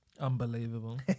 Unbelievable